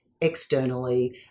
externally